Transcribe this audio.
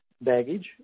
baggage